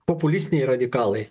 populistiniai radikalai